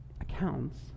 accounts